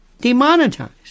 demonetized